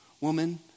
woman